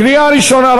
קריאה ראשונה.